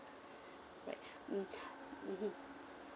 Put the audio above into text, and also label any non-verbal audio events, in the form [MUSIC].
right [BREATH] mm mmhmm